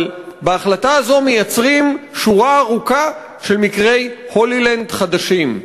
אבל בהחלטה הזאת מייצרים שורה ארוכה של מקרי "הולילנד" חדשים.